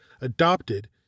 adopted